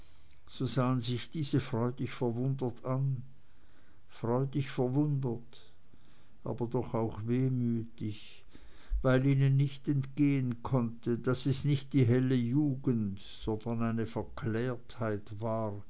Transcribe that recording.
so sahen sich diese freudig verwundert an freudig verwundert aber doch auch wehmütig weil ihnen nicht entgehen konnte daß es nicht die helle jugend sondern eine verklärtheit war